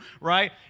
right